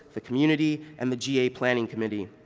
the community, and the ga planning committee.